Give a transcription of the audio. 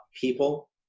people